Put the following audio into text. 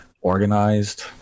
organized